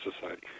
society